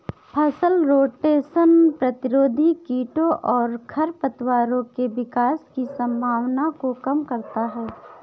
फसल रोटेशन प्रतिरोधी कीटों और खरपतवारों के विकास की संभावना को कम करता है